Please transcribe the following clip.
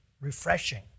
refreshing